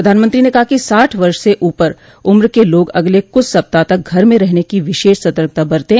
प्रधानमंत्री ने कहा कि साठ वर्ष स ऊपर उम्र के लोग अगले कुछ सप्ताह तक घर में रहने की विशेष सतर्कता बरतें